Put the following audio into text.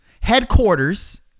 Headquarters